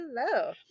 hello